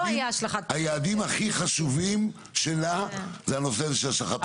על כך שאחד היעדים הכי חשובים שלה הוא הנושא הזה של השלכת פסולת.